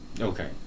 Okay